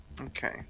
Okay